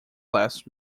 last